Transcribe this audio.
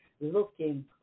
looking